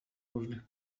różnych